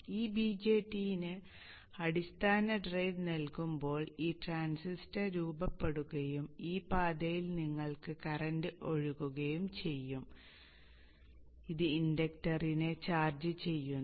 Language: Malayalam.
ഈ BJT ന് അടിസ്ഥാന ഡ്രൈവ് നൽകുമ്പോൾ ഈ ട്രാൻസിസ്റ്റർ രൂപപ്പെടുകയും ഈ പാതയിൽ നിങ്ങൾക്ക് കറന്റ് ഒഴുകുകയും ചെയ്യുന്നു ഇത് ഇൻഡക്ടറിനെ ചാർജ് ചെയ്യുന്നു